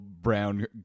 brown